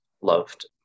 loved